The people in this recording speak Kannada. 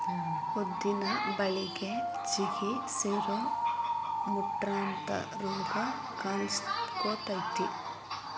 ಉದ್ದಿನ ಬಳಿಗೆ ಜಿಗಿ, ಸಿರು, ಮುಟ್ರಂತಾ ರೋಗ ಕಾನ್ಸಕೊತೈತಿ